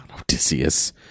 Odysseus